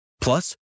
Plus